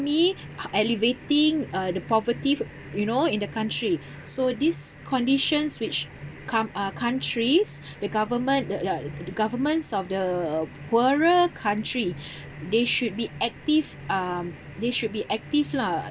me alleviating uh the poverty fo~ you know in the country so these conditions which com~ uh countries the government the ya the governments of the poorer country they should be active um they should be active lah